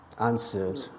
answered